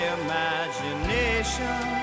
imagination